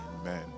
Amen